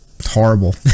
horrible